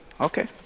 Okay